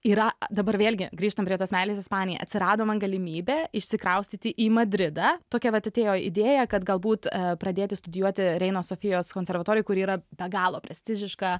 yra dabar vėlgi grįžtam prie tos meilės ispanijai atsirado man galimybė išsikraustyti į madridą tokia vat atėjo idėja kad galbūt pradėti studijuoti reino sofijos konservatorijoj kuri yra be galo prestižiška